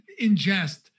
ingest